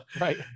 Right